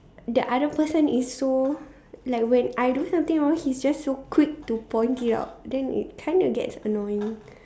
the other person is so like when I do something wrong he's just so quick to point it out then it kind of gets annoying